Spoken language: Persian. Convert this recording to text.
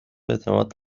اعتماد